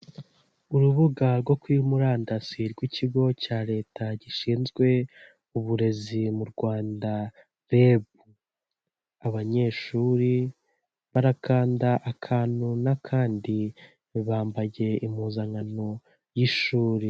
Urubuga rwo ku murandasi rw'ikigo cya leta gishinzwe uburezi mu Rwanda REB, abanyeshuri barakanda akantu n'akandi bambaye impuzankano y'ishuri.